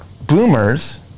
boomers